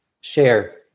share